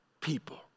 people